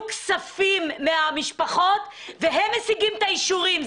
כספים מהמשפחות והם משיגים את האישורים.